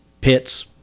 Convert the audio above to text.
pits